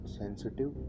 sensitive